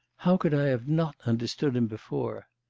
how could i have not understood him before?